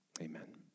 amen